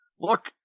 look